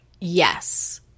Yes